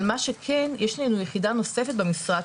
אבל יש לנו יחידה נוספת במשרד,